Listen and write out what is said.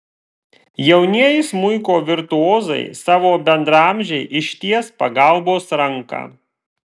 jaunieji smuiko virtuozai savo bendraamžei išties pagalbos ranką